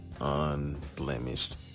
unblemished